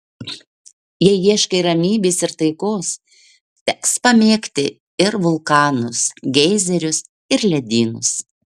jei ieškai ramybės ir taikos teks pamėgti ir vulkanus geizerius ir ledynus